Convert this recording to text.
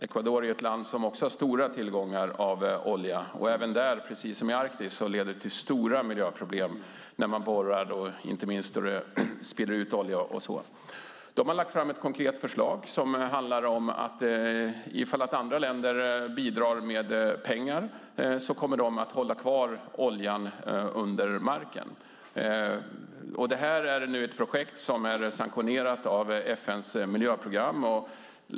Ecuador är ett land som också har stora tillgångar på olja. Även där, precis som i Arktis, leder det till stora miljöproblem när man borrar, inte minst när det spiller ut olja. De har lagt fram ett konkret förslag som innebär att om andra länder bidrar med pengar kommer de att hålla kvar oljan under marken. Detta är ett projekt som är sanktionerat av FN:s miljöprogram.